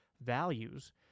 values